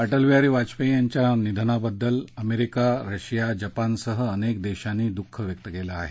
अटलबिहारी वाजपेयी यांच्या निधनाबद्दल America Russia जपानसह अनेक देशांनी दुःख व्यक्त केलं आहे